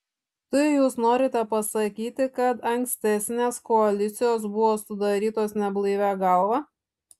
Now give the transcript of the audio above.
tai jūs norite pasakyti kad ankstesnės koalicijos buvo sudarytos neblaivia galva